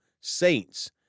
saints